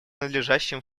надлежащим